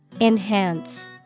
Enhance